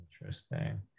Interesting